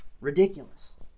ridiculous